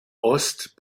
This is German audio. ost